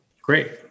Great